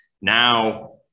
Now